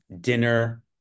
dinner